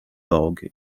dog